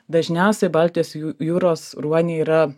dažniausiai baltijos jūros ruoniai yra